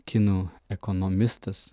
kinų ekonomistas